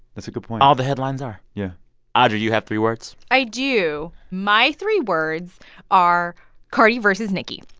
that's a good point all the headlines are yeah audrey, you have three words? i do. my three words are cardi versus nicki